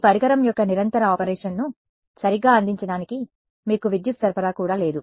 ఈ పరికరం యొక్క నిరంతర ఆపరేషన్ను సరిగ్గా అందించడానికి మీకు విద్యుత్ సరఫరా కూడా లేదు